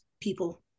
people